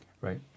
Right